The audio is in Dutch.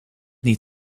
niet